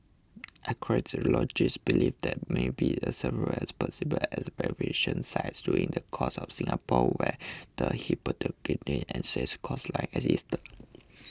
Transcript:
archaeologists believe there may be a several as possible as excavation sites dotting the coast of Singapore where the hypothetical ancient coastline existed